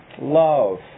love